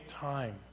time